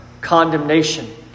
condemnation